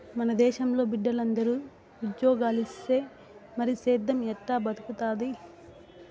మన దేశంలో బిడ్డలందరూ ఉజ్జోగాలిస్తే మరి సేద్దెం ఎట్టా బతుకుతాది